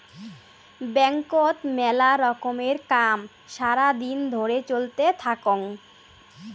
ব্যাংকত মেলা রকমের কাম সারা দিন ধরে চলতে থাকঙ